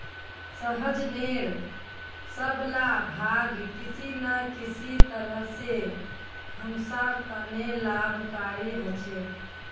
सहजनेर सब ला भाग किसी न किसी तरह स हमसार त न लाभकारी ह छेक